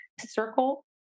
circle